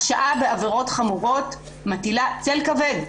הרשעה בעבירות חמורות מטילה צל כבד,